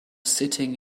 sitting